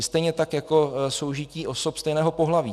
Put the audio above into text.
Stejně tak jako soužití osob stejného pohlaví.